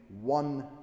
one